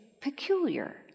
peculiar